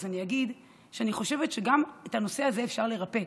ואני אגיד שאני חושבת שגם את הנושא הזה אפשר לרפא,